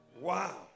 Wow